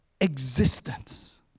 existence